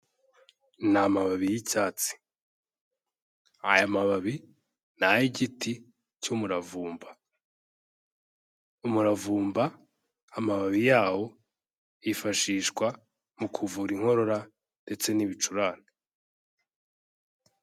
Ni amababi y'icyatsi, aya mababi ni ay'igiti cy'umuravumba. Umuravumba amababi yawo yifashishwa mu kuvura inkorora ndetse n'ibicurane.